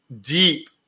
Deep